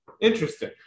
Interesting